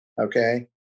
Okay